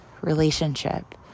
relationship